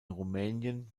rumänien